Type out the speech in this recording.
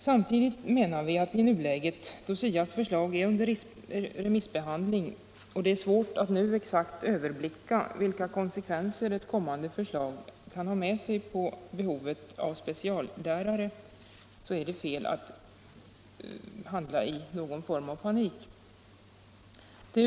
Samtidigt anser vi att då SIA-förslaget nu är under remissbehandling och det är svårt att överblicka exakt vilka konsekvenser ett kommande förslag kan få när det gäller behovet av speciallärare, så är det lämpligt att dröja något med en utbyggnad av utbildningskapaciteten.